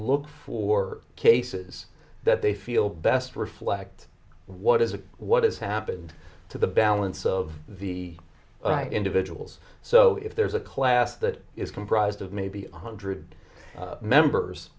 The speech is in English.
look for cases that they feel best reflect what is a what has happened to the balance of the individuals so if there's a class that is comprised of maybe one hundred members